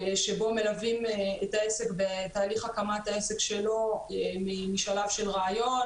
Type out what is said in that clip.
שבו מלווים את העסק בתהליך הקמת העסק שלו משלב של רעיון,